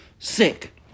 Sick